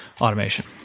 automation